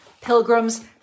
Pilgrim's